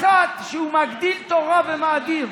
אחת שהוא מגדיל תורה ומאדיר,